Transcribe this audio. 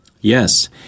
Yes